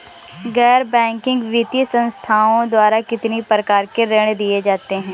गैर बैंकिंग वित्तीय संस्थाओं द्वारा कितनी प्रकार के ऋण दिए जाते हैं?